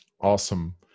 Awesome